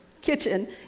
kitchen